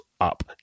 up